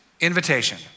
Invitation